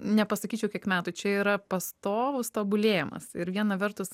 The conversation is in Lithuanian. nepasakyčiau kiek metų čia yra pastovus tobulėjimas ir viena vertus